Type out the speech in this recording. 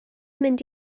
mynd